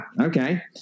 okay